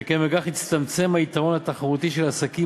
שכן בכך יצטמצם היתרון התחרותי של עסקים